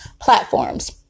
platforms